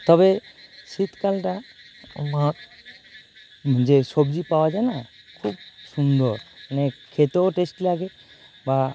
তবে শীতকালটা আমার যে সবজি পাওয়া যায় না খুব সুন্দর মানে খেতেও টেস্ট লাগে বা